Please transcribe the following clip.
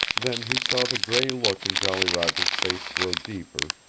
then he saw the gray look in jolly roger's face grow deeper,